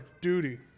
duty